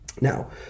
Now